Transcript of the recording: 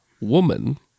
Woman